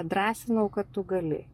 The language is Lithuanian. drąsinau kad tu gali